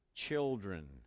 children